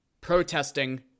protesting